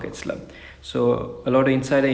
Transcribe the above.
okay okay